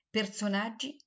Personaggi